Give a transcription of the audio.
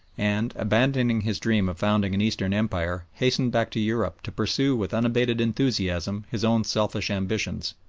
and abandoning his dream of founding an eastern empire, hastened back to europe to pursue with unabated enthusiasm his own selfish ambitions.